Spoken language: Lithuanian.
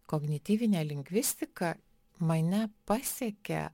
kognityvinė lingvistika mane pasiekė